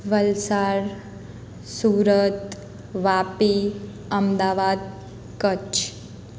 Valsad Surat Vapi Ahmedabad Kutch